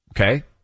okay